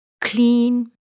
clean